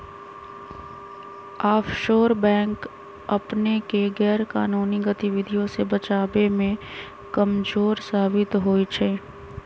offshore bank अपनेके गैरकानूनी गतिविधियों से बचाबे में कमजोर साबित होइ छइ